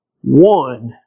One